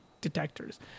detectors